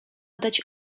dać